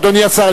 אדוני השר,